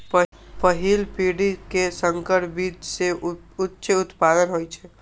पहिल पीढ़ी के संकर बीज सं उच्च उत्पादन होइ छै